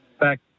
back